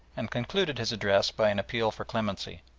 and concluded his address by an appeal for clemency.